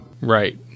Right